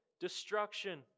destruction